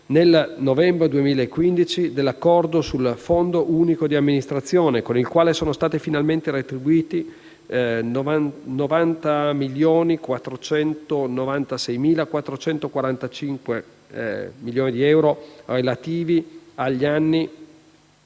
nel novembre 2015, dell'accordo sul Fondo unico di amministrazione, con il quale sono stati finalmente redistribuiti 90.496.445 di euro relativi agli anni